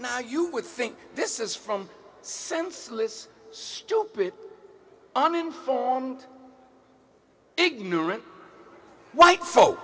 now you would think this is from senseless stupid uninformed ignorant white folk